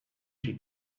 she